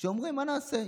שאומרים: מה נעשה?